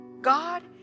God